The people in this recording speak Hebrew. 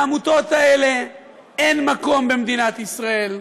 לעמותות האלה אין מקום במדינת ישראל.